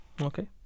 Okay